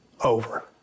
Over